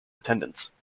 attendance